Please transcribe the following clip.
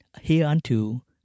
hereunto